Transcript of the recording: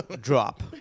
drop